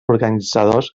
organitzadors